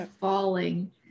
falling